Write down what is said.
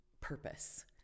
purpose